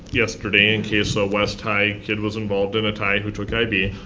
yesterday in case a west high, kid was involved in a tie, who took ib,